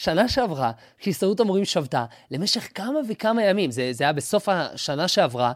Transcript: שנה שעברה, כי הסתדרות המורים שבתה, למשך כמה וכמה ימים, זה היה בסוף השנה שעברה,